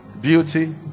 beauty